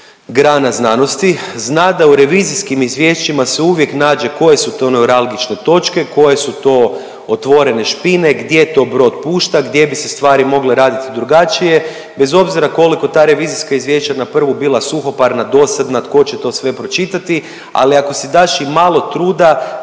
grana znanosti, zna da u revizijskim izvješćima se uvijek nađe koje su to neuralgične točke, koje su to otvorene špine, gdje to brod pušta, gdje bi se stvari mogle raditi drugačije bez obzira koliko ta revizijska izvješća na prvu bila suhoparna, dosadna, tko će to sve pročitati, ali ako si daš imalo truda,